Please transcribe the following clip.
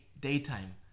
daytime